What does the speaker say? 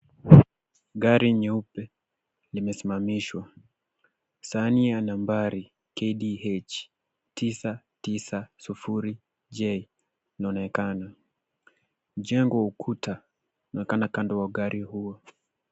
Gari nyeupe limesimamishwa. Sahani ya nambari KDH 990J inaonekana. Mjengo wa ukuta unaonekana kando ya gari huo.